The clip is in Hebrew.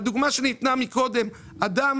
בדוגמה שניתנה מקודם, אדם